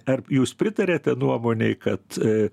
ar jūs pritariate nuomonei kad